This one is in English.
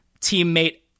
teammate